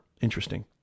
Interesting